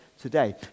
today